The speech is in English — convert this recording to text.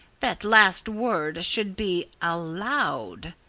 that last word should be allowed,